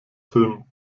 film